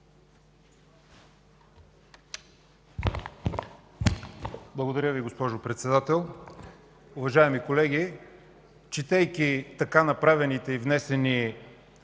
Благодаря, госпожо Председател. Уважаеми колеги, четейки направените и внесени